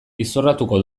izorratuko